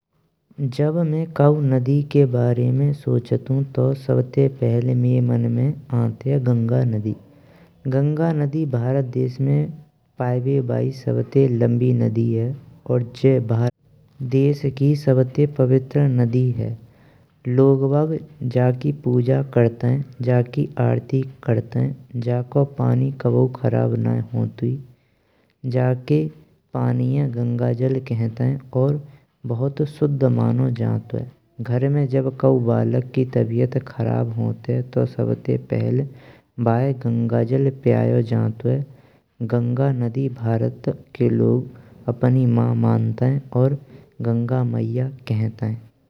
जब मैं कौ नदी के बारे में सोचंतु तो सबते पहल मइये मन में आनतैये गंगा नदी। गंगा नदी भारत देश में पायबे बै सबते लम्बी नदी है और जी भारत देश की सबते पवित्र नदी है। लोगबाग जक्की पूजा करतनिये जक्की आरती लरतेइन। जाको पानी कबौ खराब नइये होतुई जाके पनिये गंगाजल कहंन्तैये और बहुत सुध मानो जन्तुये घर में जब कौ बालक की तबियत खराब होतये। तो सबते पहल बैये गंगाजल पियायो जन्तुये है गंगा नदिये भारत के लोग अपनी माँ मानतेईन और गंगा मइये कहंन्तैये।